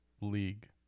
league